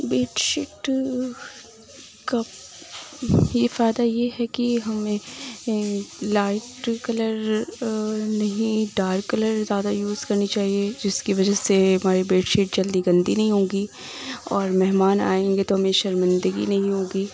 bed sheet کا یہ فائدہ یہ ہے کہ ہمیں لائٹ کلر نہیں ڈارک کلر زیادہ یوز کرنی چاہیے جس کی وجہ سے ہماری بیڈ شیٹ جلدی گندی نہیں ہوگی اور مہمان آئیں گے تو ہمیں شرمندگی نہیں ہوگی